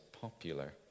popular